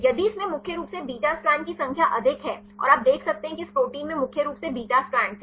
यदि इसमें मुख्य रूप से बीटा स्ट्रैंड की संख्या अधिक है और आप देख सकते हैं कि इस प्रोटीन में मुख्य रूप से बीटा स्ट्रैंड हैं